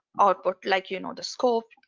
output like you know the scope,